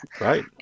Right